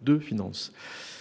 De finances.